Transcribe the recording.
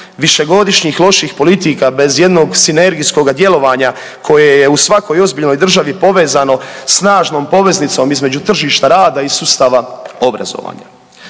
višegodišnjih loših politika bez ijednog sinergijskoga djelovanja koje je u svakoj ozbiljnoj državi povezano snažnom poveznicom između tržišta rada i sustava obrazovanja.